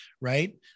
right